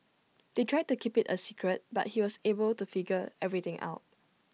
they tried to keep IT A secret but he was able to figure everything out